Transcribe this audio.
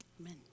Amen